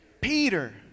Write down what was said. Peter